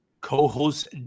co-host